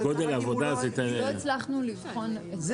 תיקון קטן לעניין סעיף קטן (ג).